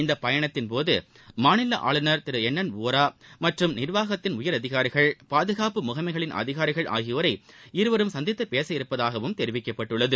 இந்த பயணத்தின்போது மாநில ஆளுநர் திரு என் என் வோரா மற்றும் நிர்வாகத்தின் உயர் அதிகாரிகள் பாதுகாப்பு முகமைகளின் அதிகாரிகள் ஆகியோரை இருவரும் சந்தித்து பேசவுள்ளதாகவும் தெரிவிக்கப்பட்டுள்ளது